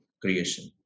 creation